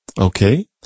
Okay